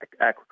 aquaculture